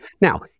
Now